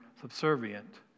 subservient